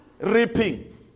reaping